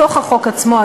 בתוך החוק עצמו,